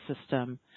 system